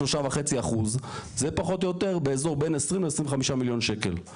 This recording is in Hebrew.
ה-2.5%-3.5% זה פחות או יותר באזור בין 20 ל-25 מיליון שקלים.